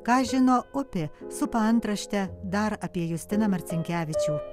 ką žino upė su paantrašte dar apie justiną marcinkevičių